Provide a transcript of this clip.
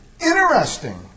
Interesting